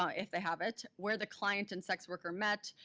um if they have it, where the client and sex worker met,